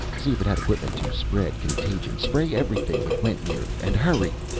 see if it had equipment to spread contagion! spray everything it went near! and hurry!